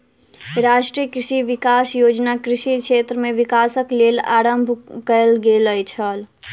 राष्ट्रीय कृषि विकास योजना कृषि क्षेत्र में विकासक लेल आरम्भ कयल गेल छल